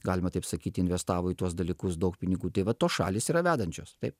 galima taip sakyti investavo į tuos dalykus daug pinigų tai va tos šalys yra vedančios taip